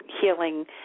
healing